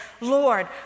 Lord